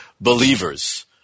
believers